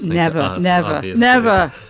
never, never, never.